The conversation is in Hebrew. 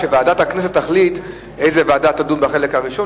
וועדת הכנסת תחליט איזו ועדה תדון בחלק הראשון